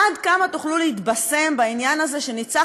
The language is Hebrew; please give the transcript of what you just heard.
עד כמה תוכלו להתבשם בעניין הזה שניצחתם